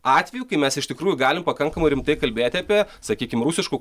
atvejų kai mes iš tikrųjų galim pakankamai rimtai kalbėti apie sakykim rusiškų